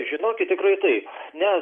žinokit tikrai taip nes